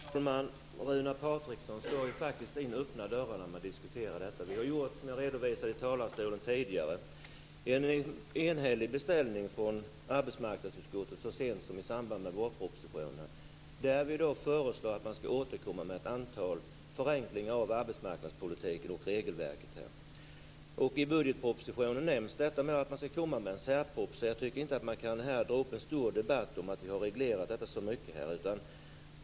Fru talman! Runar Patriksson slår faktiskt in öppna dörrar när han diskuterar detta. Som jag redovisade tidigare har arbetsmarknadsutskottet gjort en enhällig beställning så sent som i samband med vårpropositionen. Där föreslår vi att man ska återkomma med ett antal förenklingar av arbetsmarknadspolitiken och regelverket. Och i budgetpropositionen nämns det att man ska komma med en särproposition, så jag tycker inte att man här kan ta upp en stor debatt om att vi har gjort så många regleringar.